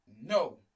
no